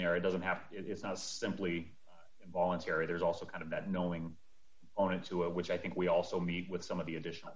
there it doesn't have it's not simply involuntary there's also kind of not knowing on into it which i think we also meet with some of the additional